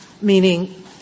Meaning